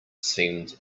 seemed